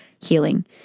healing